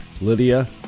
Lydia